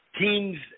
teams –